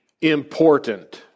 important